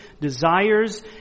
desires